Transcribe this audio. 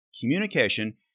Communication